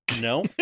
No